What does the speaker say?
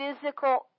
physical